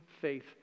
faith